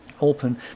open